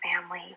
family